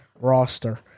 roster